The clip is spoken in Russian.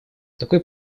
такой